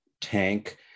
tank